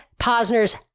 Posner's